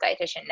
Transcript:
dietitian